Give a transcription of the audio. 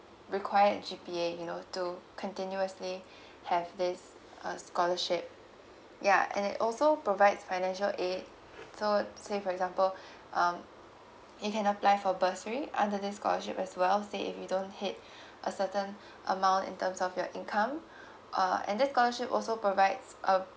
required G_P_A you know to continuously have this uh scholarship ya and it also provides financial aid so say for example um you can apply for bursary under this scholarship as well say if you don't hit a certain amount in terms of your income uh and this scholarship also provides uh